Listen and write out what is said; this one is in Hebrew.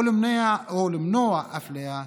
ולמנוע אפליה כלפיהם,